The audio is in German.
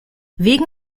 wegen